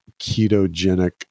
ketogenic